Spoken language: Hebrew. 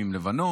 האמון,